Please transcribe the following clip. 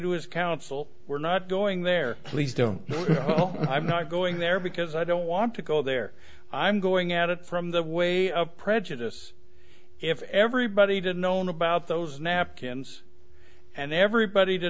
to his counsel we're not going there please don't know i'm not going there because i don't want to go there i'm going at it from the way of prejudice if everybody did known about those napkins and everybody